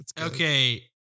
Okay